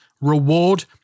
reward